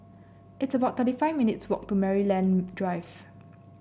it's about thirty five minutes' walk to Maryland Drive